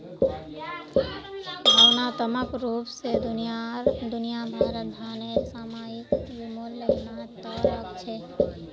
भावनात्मक रूप स दुनिया भरत धनेर सामयिक मूल्य महत्व राख छेक